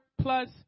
plus